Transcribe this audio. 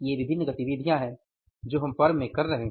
ये विभिन्न गतिविधियाँ हैं जो हम फर्म में कर रहे हैं